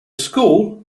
school